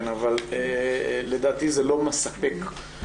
לדעתי זה לא מספק.